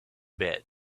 bed